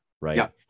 right